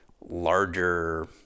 larger